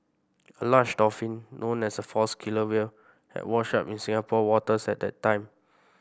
a large dolphin known as a false killer whale had washed up in Singapore waters at that time